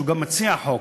שהוא גם מציע החוק,